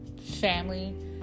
family